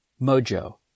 mojo